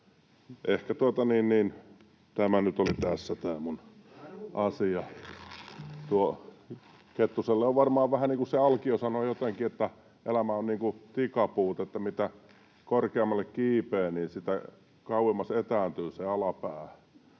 Kettuselle varmaan, vähän niin kuin se Alkio sanoi, elämä on niin kuin tikapuut, että mitä korkeammalle kiipeää, sitä kauemmas etääntyy se alapää.